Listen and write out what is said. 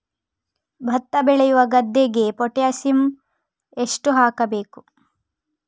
ಭತ್ತ ಬೆಳೆಯುವ ಗದ್ದೆಗೆ ಪೊಟ್ಯಾಸಿಯಂ ಎಷ್ಟು ಹಾಕಬೇಕು?